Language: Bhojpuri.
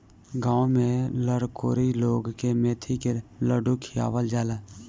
गांव में लरकोरी लोग के मेथी के लड्डू खियावल जाला